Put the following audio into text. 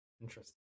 Interesting